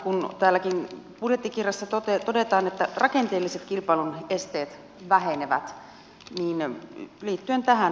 kun budjettikirjassakin todetaan että rakenteelliset kilpailun esteet vähenevät niin liittyen tähän